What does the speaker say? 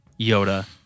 Yoda